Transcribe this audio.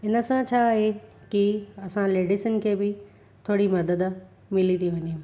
इन सां छा आहे की असां लेडिसुनि खे बि थोरी मदद मिली थी वञे